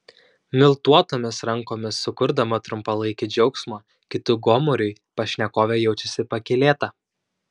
miltuotomis rankomis sukurdama trumpalaikį džiaugsmą kitų gomuriui pašnekovė jaučiasi pakylėta